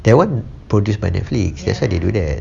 that [one] produce by Netflix that's why they do that